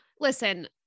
Listen